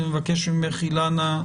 ונבקש ממך אילנה,